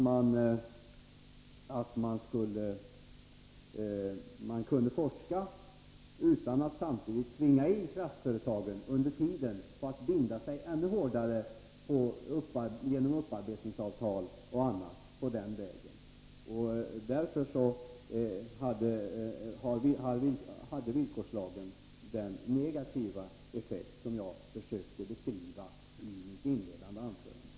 Vår linje innebar ju att man kunde forska utan att kraftföretagen under tiden tvingades binda sig ännu hårdare genom upparbetningsavtal och annat. Därför hade villkorslagen den negativa effekt som jag försökte beskriva i mitt inledande anförande.